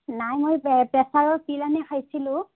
নাই মই পে প্ৰেছাৰৰ পিল আনি খাইছিলোঁ